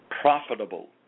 profitable